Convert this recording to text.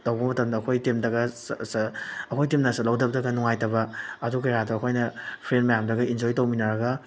ꯇꯧꯕ ꯃꯇꯝꯗ ꯑꯩꯈꯣꯏ ꯇꯤꯝꯗꯒ ꯑꯩꯈꯣꯏ ꯇꯤꯝꯅ ꯆꯟꯍꯧꯗꯕꯗꯒ ꯅꯨꯡꯉꯥꯏꯇꯕ ꯑꯗꯨ ꯀꯌꯥꯗꯣ ꯑꯩꯈꯣꯏꯅ ꯐ꯭ꯔꯦꯟ ꯃꯌꯥꯝꯗꯒ ꯑꯦꯟꯖꯣꯏ ꯇꯧꯃꯤꯟꯅꯔꯒ